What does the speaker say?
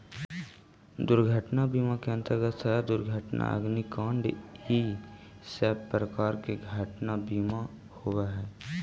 दुर्घटना बीमा के अंतर्गत सड़क दुर्घटना अग्निकांड इ सब प्रकार के दुर्घटना के बीमा होवऽ हई